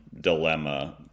dilemma